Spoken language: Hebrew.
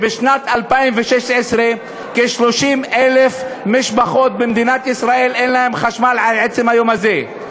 בשנת 2016 כ-30,000 משפחות במדינת ישראל אין להן חשמל עד עצם היום הזה.